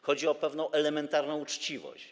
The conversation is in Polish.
Chodzi o pewną elementarną uczciwość.